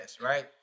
right